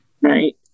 Right